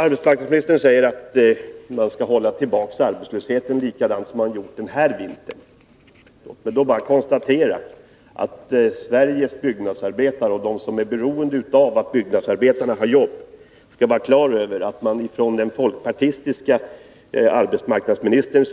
Arbetsmarknadsministern säger att man skall hålla tillbaka arbetslösheten, precis som man har gjort den här vintern. Låt mig då bara konstatera att Sveriges byggnadsarbetare och de som är beroende av att byggnadsarbetarna har arbete måste vara på det klara med att den folkpartistiske arbetsmarknadsministern